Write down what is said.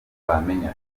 bamenya